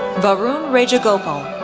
varun rajagopal,